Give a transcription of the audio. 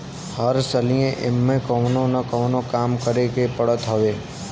हर सलिए एमे कवनो न कवनो काम करे के पड़त हवे